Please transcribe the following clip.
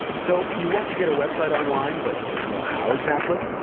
so you want to get a website online but don't know how exactly?